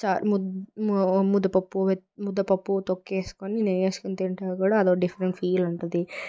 చారు ము ముద్దపప్పు ముద్దపప్పు తొక్కేసుకుని నెయ్యి వేసుకొని తింటే కూడా అదొక డిఫరెంట్ ఫీల్ ఉంటుంది